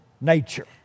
nature